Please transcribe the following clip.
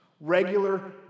regular